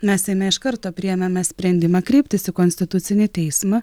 mes seime iš karto priėmėme sprendimą kreiptis į konstitucinį teismą